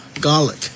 garlic